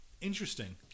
Interesting